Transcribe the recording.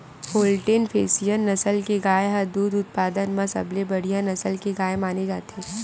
Holstein Friesian नसल के गाय ह दूद उत्पादन म सबले बड़िहा नसल के गाय माने जाथे